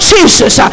Jesus